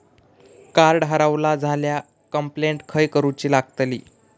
Card हरवला झाल्या complaint खय करूची लागतली?